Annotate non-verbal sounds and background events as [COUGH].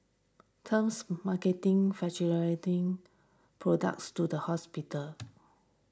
terms marketing [UNINTELLIGIBLE] thing products to the hospitals